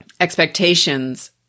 expectations